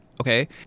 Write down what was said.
okay